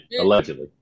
Allegedly